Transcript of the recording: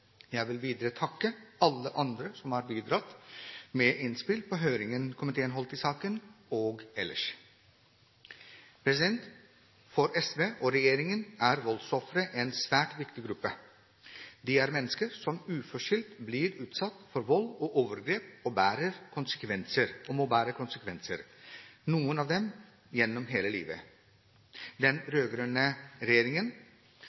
Jeg vil videre takke alle andre som har bidratt med innspill i høringen komiteen holdt i saken, og ellers. For SV og regjeringen er voldsofre en svært viktig gruppe. De er mennesker som uforskyldt blir utsatt for vold og overgrep og må bære konsekvensene av det, noen av dem gjennom hele livet. Den rød-grønne regjeringen